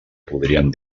podríem